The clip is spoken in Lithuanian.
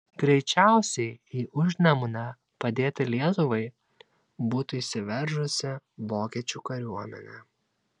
greičiausiai į užnemunę padėti lietuvai būtų įsiveržusi vokiečių kariuomenė